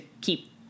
keep